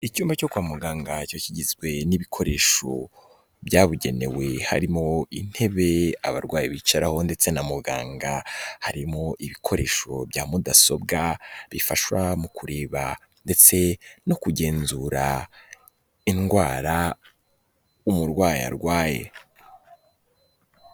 Icyumba cyo kwa muganga cyo kigizwe n'ibikoresho byabugenewe harimo intebe abarwayi bicaraho ndetse na muganga harimo ibikoresho bya mudasobwa bifashwa mu kureba ndetse no kugenzura indwara umurwayi arwaye.